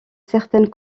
certaines